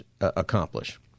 accomplish